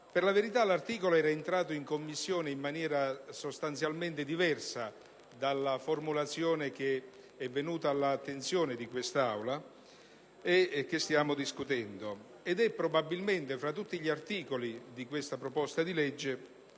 Per la verità, l'articolo era entrato in Commissione in forma diversa dalla formulazione che è venuta all'attenzione dell'Aula e che stiamo discutendo e probabilmente, fra tutti gli articoli di questo disegno di legge,